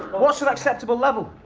what's an acceptable level?